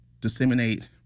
disseminate